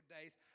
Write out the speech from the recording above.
days